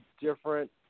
different